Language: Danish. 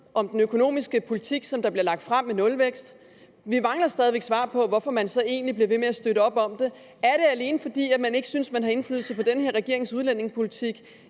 om den økonomiske politik med en nulvækst, som de lægger frem, mangler vi svar på, hvorfor man bliver ved med at støtte op om det. Er det alene, fordi man ikke synes, at man har indflydelse på den her regerings udlændingepolitik,